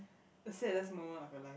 the saddest moment of your life